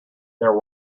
their